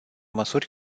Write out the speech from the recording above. măsuri